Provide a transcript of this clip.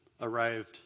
arrived